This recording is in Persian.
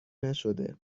نشده